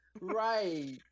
right